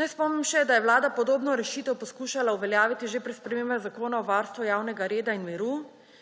Naj spomnim še, da je Vlada podobno rešitev poskušala uveljaviti že pri spremembah Zakona o varstvu javnega reda in miru,